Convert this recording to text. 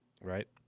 right